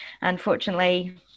unfortunately